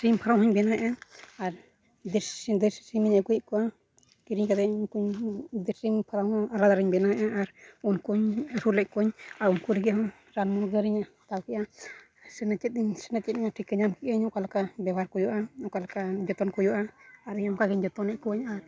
ᱥᱤᱢ farm ᱦᱩᱧ ᱵᱮᱱᱟᱣᱮᱜᱼᱟ ᱟᱨ ᱫᱮᱥᱤ ᱥᱤᱢ ᱫᱮᱥᱤ ᱥᱤᱢᱤᱧ ᱟᱹᱜᱩᱭᱮᱫ ᱠᱚᱣᱟ ᱠᱤᱨᱤᱧ ᱠᱟᱛᱮᱫ ᱩᱱᱠᱩ ᱫᱮᱥᱤ ᱯᱷᱨᱟᱢ ᱤᱧ ᱟᱞᱟᱫᱟ ᱨᱤᱧ ᱵᱮᱱᱟᱣᱮᱜᱼᱟ ᱟᱨ ᱩᱱᱠᱩᱧ ᱟᱹᱥᱩᱞᱮᱫ ᱠᱚᱣᱟᱹᱧ ᱟᱨ ᱩᱱᱠᱩ ᱞᱟᱹᱜᱤᱫ ᱦᱚᱸ ᱨᱟᱱᱼᱢᱩᱨᱜᱟᱹᱱᱤᱧ ᱦᱟᱛᱟᱣ ᱠᱮᱜᱼᱟ ᱥᱮᱱᱮᱪᱮᱫ ᱤᱧ ᱥᱮᱱᱮᱪᱮᱫ ᱤᱧ ᱴᱷᱤᱠᱟᱹ ᱧᱟᱢ ᱠᱮᱜ ᱟᱹᱧ ᱚᱠᱟᱞᱮᱠᱟ ᱵᱮᱵᱷᱟᱨ ᱠᱚ ᱦᱩᱭᱩᱜᱼᱟ ᱚᱠᱟᱞᱮᱠᱟ ᱡᱚᱛᱚᱱ ᱠᱚ ᱦᱩᱭᱩᱜᱼᱟ ᱟᱨ ᱤᱧ ᱚᱱᱠᱟ ᱜᱤᱧ ᱡᱚᱛᱚᱱᱮᱫ ᱠᱚᱣᱟᱹᱧ ᱟᱨ